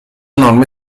norme